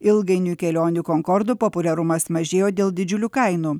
ilgainiui kelionių konkordo populiarumas mažėjo dėl didžiulių kainų